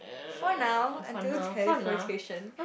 for now until teleportation